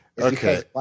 Okay